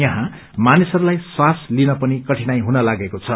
हाँ मानिसहरूलाई श्वास लिन पनि कठिनाई हुन लागेको छ